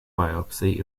biopsy